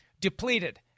depleted